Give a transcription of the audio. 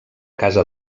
casa